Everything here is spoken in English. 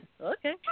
Okay